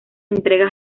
entregas